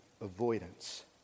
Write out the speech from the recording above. avoidance